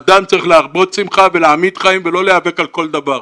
אדם צריך להרבות שמחה ולהעמיד חיים ולא להיאבק על כל דבר,